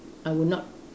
I would not